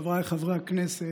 חבריי חברי הכנסת,